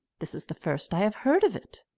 this is the first i have heard of it.